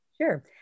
Sure